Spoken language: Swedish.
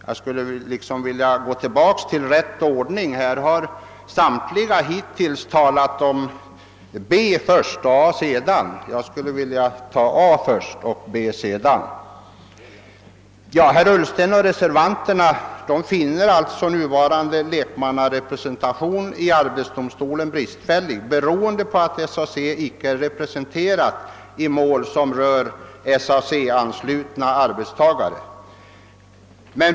Samtliga som talat hittills har behandlat moment B först och A sedan, men jag vill här gå i den rätta ordningen. Herr Ullsten och reservanterna finner den nuvarande lekmannarepresentationen i arbetsdomstolen bristfällig, därför att SAC inte är representerat i mål som rör till SAC anslutna arbetstagare.